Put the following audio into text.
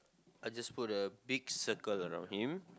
I just put a big circle around him